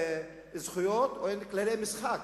זכויות, אין כללי משחק.